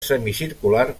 semicircular